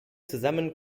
zusammen